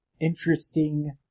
interesting